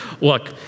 look